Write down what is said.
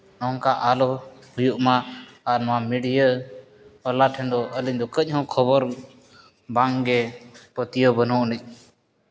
ᱱᱚᱝᱠᱟ ᱟᱞᱚ ᱦᱩᱭᱩᱜᱼᱢᱟ ᱟᱨ ᱱᱤᱭᱟᱹ ᱢᱤᱰᱤᱭᱟ ᱟᱹᱞᱤᱧ ᱫᱚ ᱠᱟᱹᱡ ᱦᱚᱸ ᱠᱷᱚᱵᱚᱨ ᱵᱟᱝ ᱜᱮ ᱯᱟᱹᱛᱭᱟᱹᱣ ᱵᱟᱹᱱᱩᱜ ᱟᱹᱱᱤᱡ